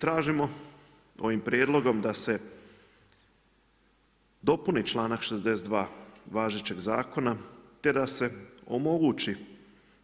Tražimo ovim prijedlogom, da se dopuni članak 62. važećeg zakona, te da se omogući